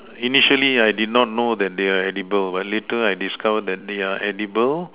initially I did not know that they are edible but later I discovered that they are edible